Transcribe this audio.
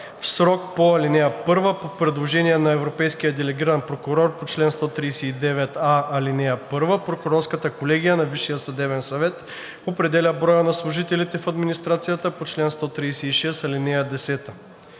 В срока по ал. 1 по предложение на европейския делегиран прокурор по чл. 139а, ал. 1 прокурорската колегия на Висшия съдебен съвет определя броя на служителите в администрацията по чл. 136, ал. 10.“